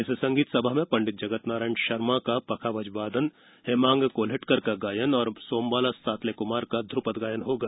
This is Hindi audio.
इस संगीत सभा में पं जगत नारायण शर्मा का पखावज वादन हेमांग कोल्हटकर का गायन एवं सोमबाला सातले कुमार का धूपद गायन होगा